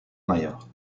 mayor